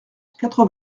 quatre